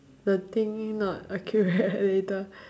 the thingy not accurate later